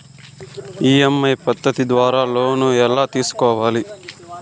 EMI పద్ధతి ద్వారా loan ఎలా తీసుకోవాలి